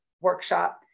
workshop